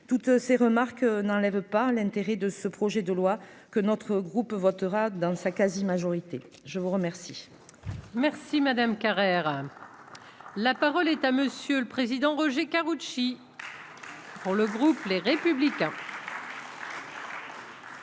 toutes ces remarques n'enlève pas l'intérêt de ce projet de loi que notre groupe votera dans sa quasi-majorité, je vous remercie. Merci madame Carrère, la parole est à monsieur le président, Roger Karoutchi pour le groupe Les Républicains.